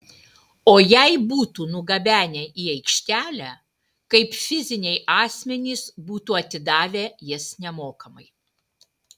o jei būtų nugabenę į aikštelę kaip fiziniai asmenys būtų atidavę jas nemokamai